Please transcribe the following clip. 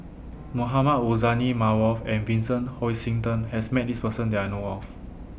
Mohamed Rozani Maarof and Vincent Hoisington has Met This Person that I know of